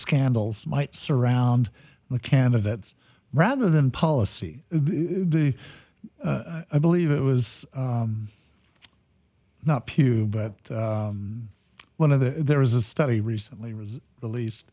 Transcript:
scandals might surround the candidates rather than policy the i believe it was not pew but one of the there was a study recently was released